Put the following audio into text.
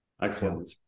excellent